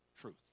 truth